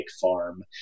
Farm